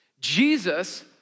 Jesus